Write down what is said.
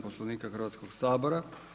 Poslovnika Hrvatskog sabora.